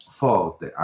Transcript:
forte